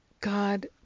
God